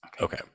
Okay